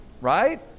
Right